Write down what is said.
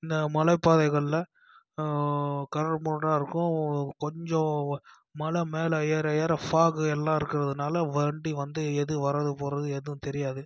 இந்த மலை பாதைகளில் கரடுமுரடாக இருக்கும் கொஞ்சம் மலை மேலே ஏற ஏற ஃபாகு எல்லாம் இருக்கிறதுனால வண்டி வந்து எது வரதுப்போகிறது எதுவும் தெரியாது